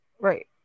Right